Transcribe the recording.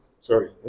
Sorry